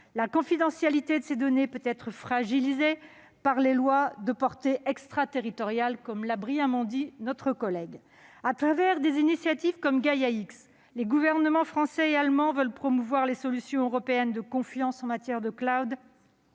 la confidentialité de ces données peut être fragilisée par des lois de portée extraterritoriale. Au travers d'initiatives comme Gaïa-X, les gouvernements français et allemand veulent promouvoir les solutions européennes de confiance en matière de, ce